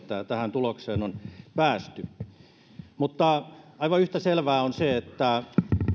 tähän tulokseen on päästy mutta aivan yhtä selvää on se että